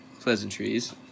pleasantries